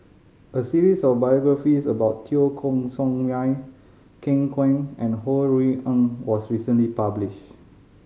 a series of biographies about Teo Koh Sock Miang Ken Kwek and Ho Rui An was recently published